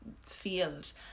field